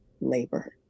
labor